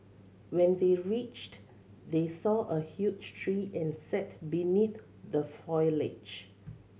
when they reached they saw a huge tree and sat beneath the foliage